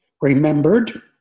remembered